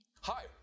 Hi